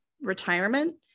retirement